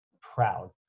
proud